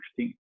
16